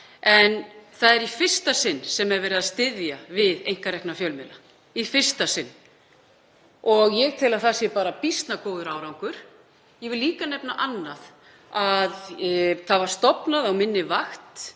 en það er í fyrsta sinn verið að styðja við einkarekna fjölmiðla, í fyrsta sinn. Ég tel að það sé býsna góður árangur. Ég vil líka nefna að það var stofnað á minni vakt